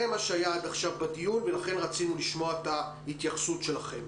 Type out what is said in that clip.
זה מה שהיה עד עכשיו בדיון ולכן רצינו לשמוע את ההתייחסות שלכם.